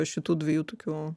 šitų dviejų tokių